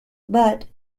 but